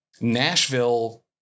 Nashville